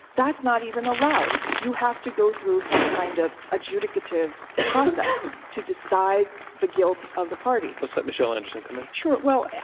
that's not even allowed. you have to go through some kind of adjudicative process to decide the guilt of the party. let's let michelle anderson come in. sure. well,